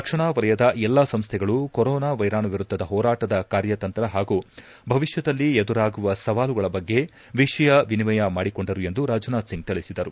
ರಕ್ಷಣಾ ವಲಯದ ಎಲ್ಲಾ ಸಂಸ್ಥೆಗಳು ಕೊರೋನಾ ವೈರಾಣು ವಿರುದ್ಧದ ಹೋರಾಟದ ಕಾರ್ಯತಂತ್ರ ಪಾಗೂ ಭವಿಷ್ಕದಲ್ಲಿ ಎದುರಾಗುವ ಸವಾಲುಗಳ ಬಗ್ಗೆ ವಿಷಯ ವಿನಿಮಯ ಮಾಡಿಕೊಂಡರು ಎಂದು ರಾಜನಾಥ್ ಸಿಂಗ್ ತಿಳಿಸಿದರು